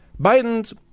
Biden's